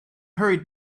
hurried